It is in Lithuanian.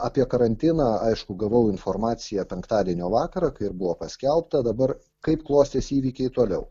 apie karantiną aišku gavau informaciją penktadienio vakarą kai ir buvo paskelbta dabar kaip klostėsi įvykiai toliau